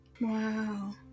wow